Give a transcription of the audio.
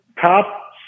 top